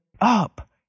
up